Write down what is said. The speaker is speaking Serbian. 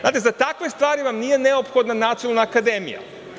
Znate, za takve stvari vam nije neophodna Nacionalna akademija.